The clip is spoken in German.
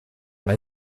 weil